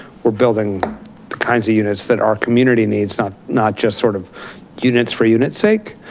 we're building the kinds of units that our community needs not not just sort of units for unit sake.